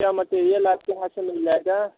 क्या मटेरियल आपके यहाँ से मिल जाएगा